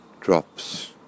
drops